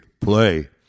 play